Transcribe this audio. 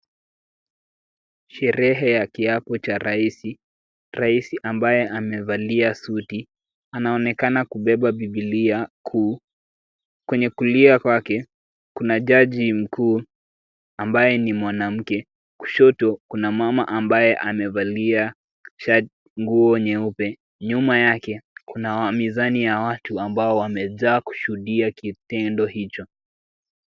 Sherehe ya kiapo cha rais, rais ambaye amevalia suti, anaonekana kubeba bibilia kuu kwenye kulia kwake, kuna jaji mkuu, ambaye ni mwanamke, kushoto kuna mama ambaye amevalia shati nguo nyeupe, nyuma yake kuna mizani ya watu ambao wamejaa kushuhudia kitendo hicho.